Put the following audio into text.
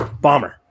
bomber